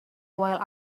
while